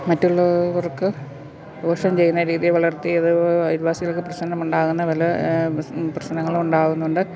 മറ്റുള്ളവർക്ക് ദോഷം ചെയ്യുന്ന രീതിയിൽ വളർത്തി അത് അയൽവാസികൾക്ക് പ്രശനമുണ്ടാകുന്ന പല പ്രശ്നങ്ങൾ ഉണ്ടാകുന്നുണ്ട്